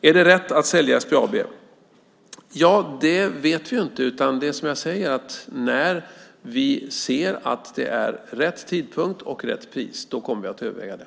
Är det rätt att sälja SBAB? Det vet vi inte. Som sagt: När vi ser att det är rätt tidpunkt och rätt pris kommer vi att överväga det.